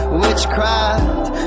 witchcraft